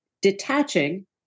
detaching